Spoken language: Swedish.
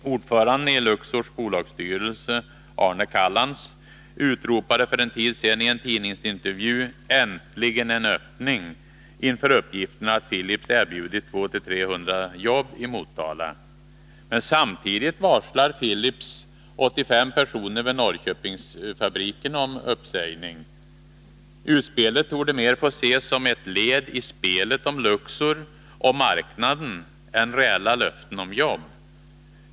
Ordföranden i Luxors bolagsstyrelse Arne Callans utropade för en tid sedani en tidningsintervju inför uppgifterna att Philips erbjudit 200-300 jobb i Motala: ”Äntligen en öppning.” Samtidigt varslar Philips 85 personer vid Norrköpingsfabriken om uppsägning. Utspelet torde mer få ses som ett led i spelet om Luxor och marknaden än som ett reellt löfte om jobb.